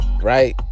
right